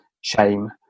shame